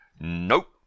Nope